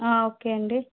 okay అండి